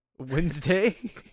Wednesday